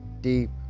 deep